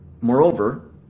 Moreover